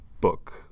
book